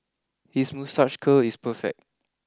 his moustache curl is perfect